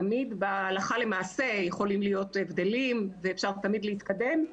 תמיד בהלכה למעשה יכולים להיות הבדלים ואפשר תמיד להתקדם,